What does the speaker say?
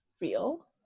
real